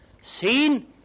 seen